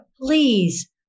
please